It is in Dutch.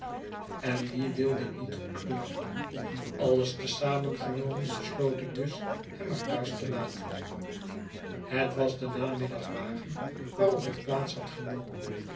en die weelde niet goedkeuren alles te zamen genomen besloot ik dus hem maar thuis te laten het was de namiddagwagen waarop ik plaats had genomen